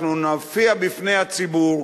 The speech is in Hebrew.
אנחנו נופיע בפני הציבור,